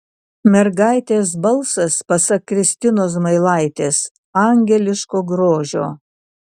mergaitės balsas pasak kristinos zmailaitės angeliško grožio